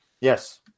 Yes